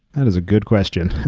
that is a good question.